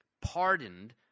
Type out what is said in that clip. pardoned